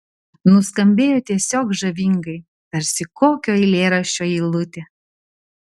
nuskambėjo tiesiog žavingai tarsi kokio eilėraščio eilutė